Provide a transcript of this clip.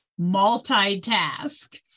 multitask